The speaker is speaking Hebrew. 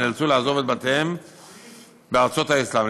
שנאלצו לעזוב את בתיהם בארצות האסלאם,